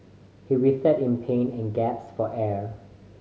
he writhed in pain and for air